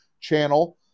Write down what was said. channel